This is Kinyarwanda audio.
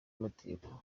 mategeko